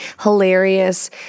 hilarious